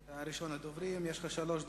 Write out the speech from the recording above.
ראשון הדוברים, יש לך שלוש דקות.